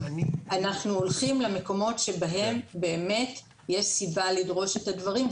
אנחנו הולכים למקומות שבהם באמת יש סיבה לדרוש את הדברים,